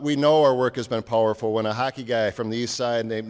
we know our work has been powerful when a hockey guy from the side named